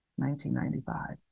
1995